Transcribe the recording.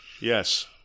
Yes